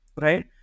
right